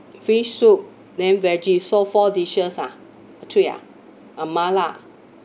fish soup then veggie so four dishes ah three ah uh mala